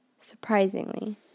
Surprisingly